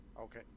Okay